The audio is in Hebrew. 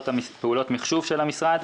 פעולות מחשוב של המשרד,